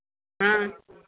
हाँ